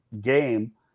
game